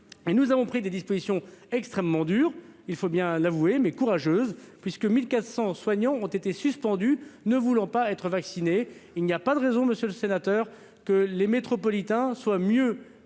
Nous avons pris des dispositions extrêmement dures- il faut bien l'avouer -, mais courageuses : 1 400 soignants ont été suspendus car ils ne voulaient pas être vaccinés. Il n'y a pas de raison que les métropolitains soit mieux vaccinés,